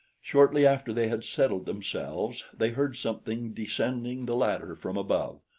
shortly after they had settled themselves they heard something descending the ladder from above.